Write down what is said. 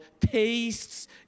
tastes